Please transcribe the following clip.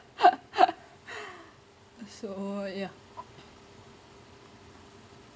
so ya